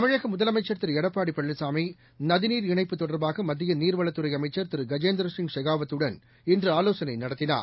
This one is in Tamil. தமிழகமுதலமைச்சர் எடப்பாடிபழனிசாமி நதிநீர் இணைப்பு திரு தொடர்பாகமத்தியநீர்வளத்துறைஅமைச்சர் திரு கஜேந்திரசிங் ஷெகாவத் துடன் இன்று ஆலோசனை நடத்தினார்